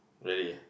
really